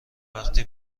وقتی